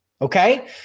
Okay